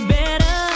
better